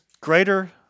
greater